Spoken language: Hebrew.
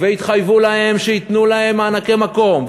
התחייבו להם שייתנו להם מענקי מקום,